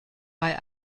bei